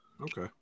Okay